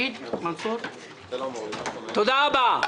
תודה רבה.